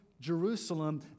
Jerusalem